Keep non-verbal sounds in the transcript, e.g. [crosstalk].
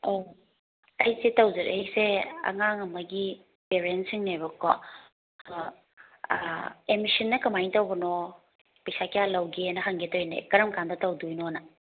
ꯑꯧ ꯑꯩꯁꯦ ꯇꯧꯖꯔꯛꯂꯤꯁꯦ ꯑꯉꯥꯡ ꯑꯃꯒꯤ ꯄꯦꯔꯦꯟꯁ ꯁꯤꯡꯅꯦꯕꯀꯣ [unintelligible] ꯑꯥ ꯑꯦꯠꯃꯤꯁꯟꯅ ꯀꯃꯥꯏꯅ ꯇꯧꯕꯅꯣ ꯄꯩꯁꯥ ꯀꯌꯥ ꯂꯧꯒꯦꯅ ꯍꯪꯒꯦ ꯇꯧꯔꯤꯅꯦ ꯀꯔꯝ ꯀꯥꯟꯗ ꯇꯧꯗꯣꯏꯅꯣꯅ